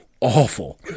awful